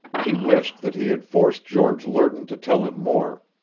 he wished that he had forced george lerton to tell him more,